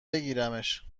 بگیرمش